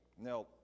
Now